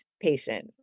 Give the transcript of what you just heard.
patient